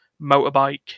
motorbike